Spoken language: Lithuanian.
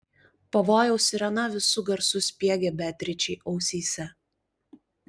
pavojaus sirena visu garsu spiegė beatričei ausyse